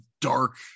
dark